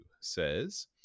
says